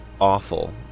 awful